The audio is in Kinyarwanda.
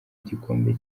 gikombe